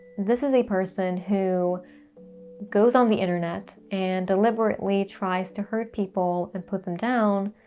this is a person who goes on the internet and deliberately tries to hurt people and put them down,